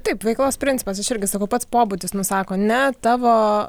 taip veiklos principas aš irgi sakau pats pobūdis nusako ne tavo